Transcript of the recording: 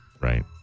Right